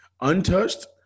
untouched